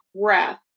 breath